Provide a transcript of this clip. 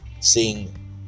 Seeing